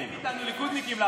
באים איתנו גם ליכודניקים הפעם.